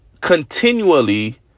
continually